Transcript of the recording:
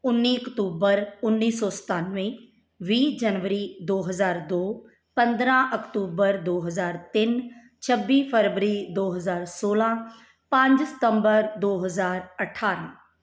ਉੱਨੀ ਅਕਤੂਬਰ ਉੱਨੀ ਸੌ ਸਤਾਨਵੇਂ ਵੀਹ ਜਨਵਰੀ ਦੋ ਹਜ਼ਾਰ ਦੋ ਪੰਦਰ੍ਹਾਂ ਅਕਤੂਬਰ ਦੋ ਹਜ਼ਾਰ ਤਿੰਨ ਛੱਬੀ ਫਰਵਰੀ ਦੋ ਹਜ਼ਾਰ ਸੌਲ੍ਹਾਂ ਪੰਜ ਸਤੰਬਰ ਦੋ ਹਜ਼ਾਰ ਅਠਾਰ੍ਹਾਂ